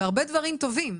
והרבה דברים טובים.